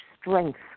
strength